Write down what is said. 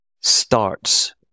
Starts